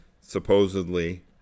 supposedly